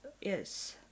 yes